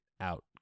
out